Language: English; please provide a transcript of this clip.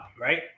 right